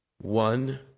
one